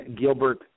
Gilbert